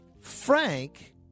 Frank